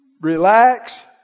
Relax